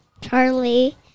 charlie